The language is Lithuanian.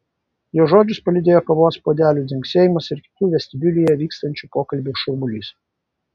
jo žodžius palydėjo kavos puodelių dzingsėjimas ir kitų vestibiulyje vykstančių pokalbių šurmulys